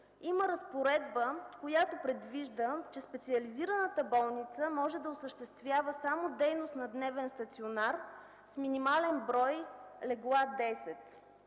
Има разпоредба, която предвижда, че специализираната болница може да осъществява само дейност на дневен стационар с минимален брой 10